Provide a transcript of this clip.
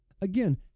again